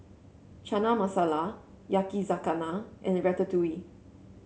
Chana Masala Yakizakana and Ratatouille